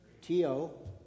T-O